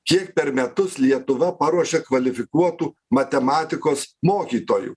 kiek per metus lietuva paruošia kvalifikuotų matematikos mokytojų